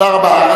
תודה רבה.